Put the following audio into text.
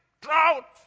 drought